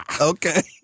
Okay